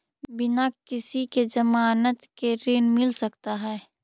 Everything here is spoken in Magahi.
बिना किसी के ज़मानत के ऋण मिल सकता है?